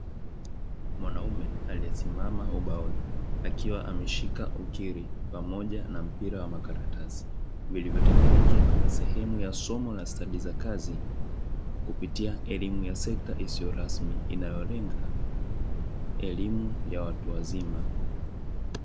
Mwanaume aliyesimama ubaoni akiwa ameshika ukiri pamoja na mpira wa makaratasi, vilivyotengenezwa kama sehemu ya somo la stadi za kazi kupitia elimu ya sekta isiyo rasmi inayo lenga elimu ya watu wazima.